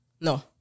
No